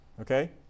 Okay